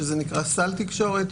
שזה נקרא "סל תקשורת".